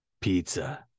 Pizza